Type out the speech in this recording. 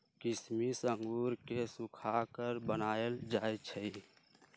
किशमिश अंगूर के सुखा कऽ बनाएल जाइ छइ